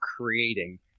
creating